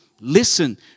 Listen